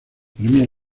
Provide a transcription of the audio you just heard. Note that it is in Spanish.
premia